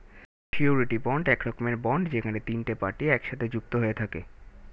surety bond এক রকমের bond যেখানে তিনটে পার্টি একসাথে যুক্ত হয়ে থাকে